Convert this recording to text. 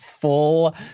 full